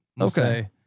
Okay